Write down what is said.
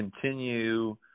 continue